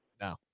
No